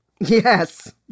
Yes